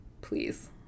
please